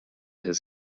his